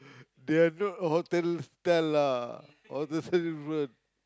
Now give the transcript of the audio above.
they are not hotel style lah hotel style different